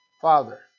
father